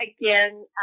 again